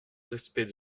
respect